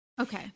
Okay